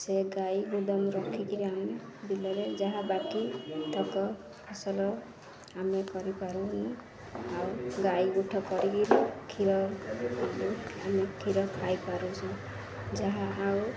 ସେ ଗାଈ ଗୋଦାମ ରଖିକରି ଆମେ ବିଲରେ ଯାହା ବାକିତକ ଫସଲ ଆମେ କରିପାରୁନୁ ଆଉ ଗାଈଗୋଠ କରିକିରି କ୍ଷୀର ଆମେ କ୍ଷୀର ଖାଇପାରୁଛୁ ଯାହା ଆଉ